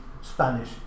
Spanish